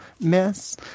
miss